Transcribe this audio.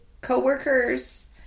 co-workers